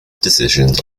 decisions